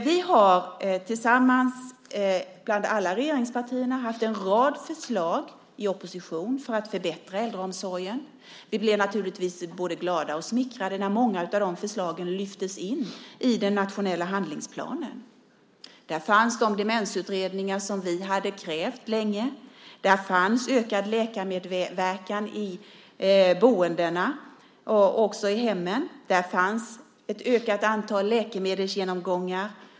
Vi har tillsammans bland alla regeringspartierna haft en rad förslag i opposition för att förbättra äldreomsorgen. Vi blev naturligtvis både glada och smickrade när många av de förslagen lyftes in i den nationella handlingsplanen. Där fanns de demensutredningar som vi hade krävt länge. Där fanns ökad läkarmedverkan i boendena och också i hemmen. Där fanns ett ökat antal läkemedelsgenomgångar.